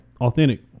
authentic